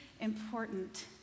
important